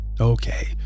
Okay